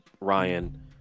Ryan